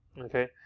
okay